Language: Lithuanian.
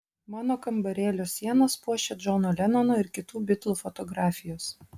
mano kambarėlio sienas puošia džono lenono ir kitų bitlų fotografijos